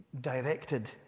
directed